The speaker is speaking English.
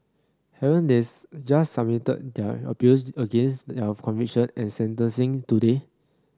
haven't they just submitted their appeals against their conviction and sentencing today